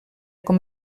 com